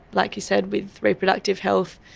like you said, with reproductive health,